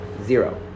Zero